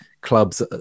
clubs